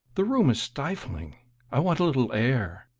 the room is stifling i want a little air.